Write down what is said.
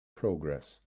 progress